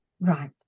Right